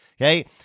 Okay